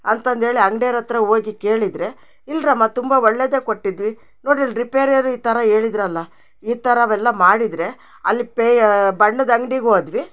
ಅಂತಂದೇಳಿ ಅಂಗ್ಡಿಯರತ್ರ ಓಗಿ ಕೇಳಿದ್ರೆ ಇಲ್ರಮ್ಮ ತುಂಬಾ ಒಳ್ಳೆದೆ ಕೊಟ್ಟಿದ್ವಿ ನೋಡ್ರಿಲ್ ರಿಪೇರ್ಯರು ಈ ತರ ಏಳಿದ್ರಲ್ಲ ಈ ತರ ಅವೆಲ್ಲ ಮಾಡಿದರೆ ಅಲ್ಲಿ ಪೇಯ ಬಣ್ಣದ ಅಂಗ್ಡಿಗೆ ಹೋದ್ವಿ